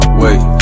wait